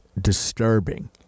disturbing